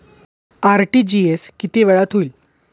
RTGS किती वेळात होईल?